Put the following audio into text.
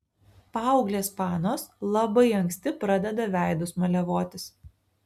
paauglės panos labai anksti pradeda veidus maliavotis